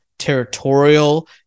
territorial